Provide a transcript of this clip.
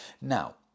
Now